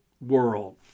world